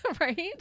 right